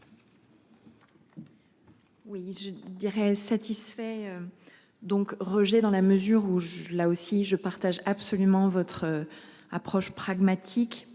Oui je dirais satisfait. Donc rejet dans la mesure où je là aussi je partage absolument votre approche pragmatique